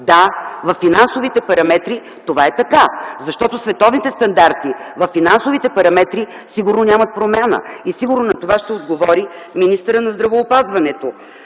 Да, във финансовите параметри това е така. Защото световните стандарти във финансовите параметри сигурно нямат промяна и сигурно на това ще отговори министърът на здравеопазването.